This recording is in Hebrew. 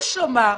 יש לומר,